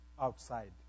outside